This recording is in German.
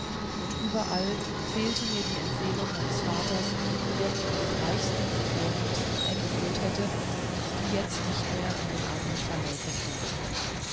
und überall fehlte mir die empfehlung meines vaters der mich bei den reichsten und vornehmsten eingeführt hätte die jetzt nicht mehr an den armen zaleukos dachten